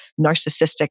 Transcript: narcissistic